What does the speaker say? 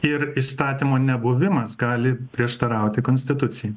ir įstatymo nebuvimas gali prieštarauti konstitucijai